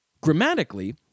Grammatically